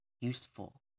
Useful